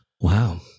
Wow